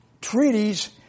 treaties